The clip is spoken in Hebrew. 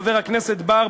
חבר הכנסת בר,